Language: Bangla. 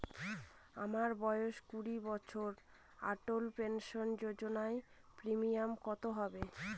আমার বয়স কুড়ি বছর অটল পেনসন যোজনার প্রিমিয়াম কত হবে?